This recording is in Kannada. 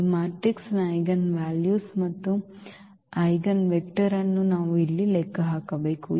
ಈ ಮ್ಯಾಟ್ರಿಕ್ಸ್ನ ಐಜೆನ್ ವ್ಯಾಲ್ಯೂಸ್ ಮತ್ತು ಐಜೆನ್ವೆಕ್ಟರ್ ಅನ್ನು ನಾವು ಇಲ್ಲಿ ಲೆಕ್ಕ ಹಾಕಬೇಕು